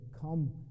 come